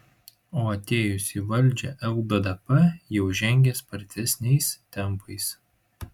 o atėjusi į valdžią lddp jau žengė spartesniais tempais